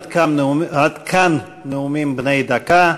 עד כאן נאומים בני דקה.